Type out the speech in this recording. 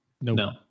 No